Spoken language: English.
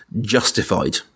justified